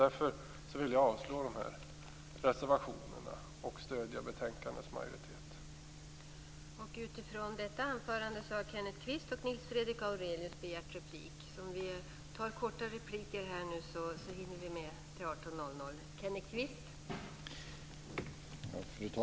Därför vill jag avstyrka reservationerna och stödja utskottsmajoritetens förslag.